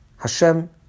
Hashem